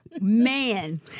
man